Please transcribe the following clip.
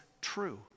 true